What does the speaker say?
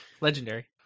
Legendary